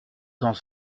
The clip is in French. dans